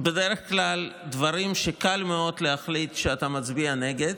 בדרך כלל דברים שקל מאוד להחליט שאתה מצביע נגד,